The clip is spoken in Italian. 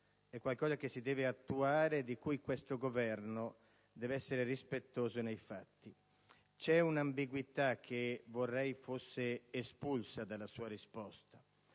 a parole; lo si deve attuare e questo Governo deve esserne rispettoso nei fatti. C'è una ambiguità che vorrei fosse espulsa dalla sua risposta,